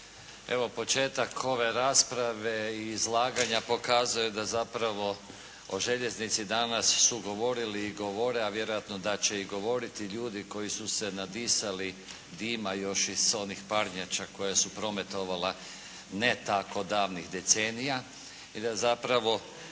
Evo početak ove rasprave i izlaganja pokazuje da zapravo o željeznici danas su govorili i govore a vjerojatno da će i govoriti ljudi koji su se nadisali dima još iz onih parnjača koje su prometovale ne tako davnih decenija. I da zapravo